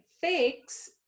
fix